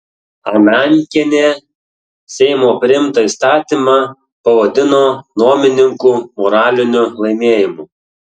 anankienė seimo priimtą įstatymą pavadino nuomininkų moraliniu laimėjimu